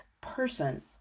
person